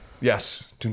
Yes